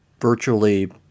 virtually